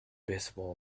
visible